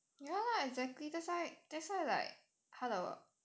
ya lah exactly that's why that's why like 他的